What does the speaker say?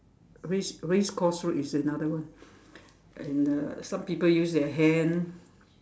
race race course road is another one and uh some people use their hand